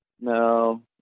No